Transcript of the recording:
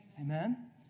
Amen